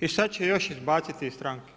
i sada će je još izbaciti iz stranke.